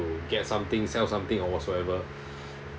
to get something sell something or whatsoever